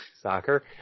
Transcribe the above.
soccer